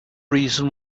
reason